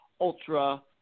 ultra